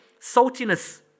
saltiness